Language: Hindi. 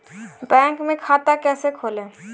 बैंक में खाता कैसे खोलें?